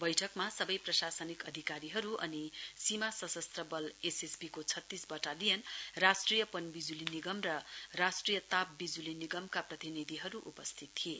बैठकमा सबै प्रशासनिक अधिकारीहरू अनि सीमा सशस्त्र बल एसएसबी को छतीस बटालियन राष्ट्रिय पन विजुली निगम र राष्ट्रिय ताप विजुली निगमका प्रतिनिधिहरू उपस्थित थिए